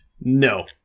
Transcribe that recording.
No